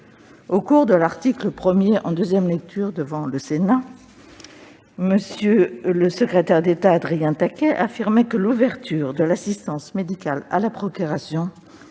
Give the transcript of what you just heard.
l'examen de l'article 1 en deuxième lecture devant le Sénat, M. le secrétaire d'État Adrien Taquet affirmait :« [L]'ouverture de l'assistance médicale à la procréation